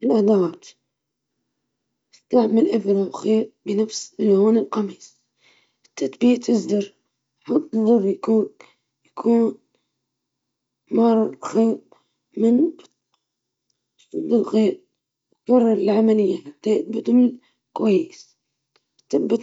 تجيب الإبرة والخيط، وتثني الخيط لضعفين، تثبت الإبرة بالخيط وتبدأ من الجهة الداخلية للملابس، وتدخل